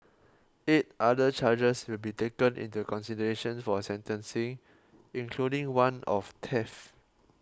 eight other charges will be taken into consideration for sentencing including one of theft